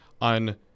on